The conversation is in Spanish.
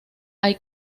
hay